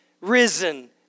risen